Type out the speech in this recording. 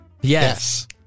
Yes